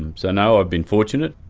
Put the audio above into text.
um so no, i've been fortunate.